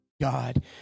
God